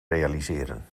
realiseren